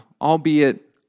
albeit